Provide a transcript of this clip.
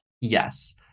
Yes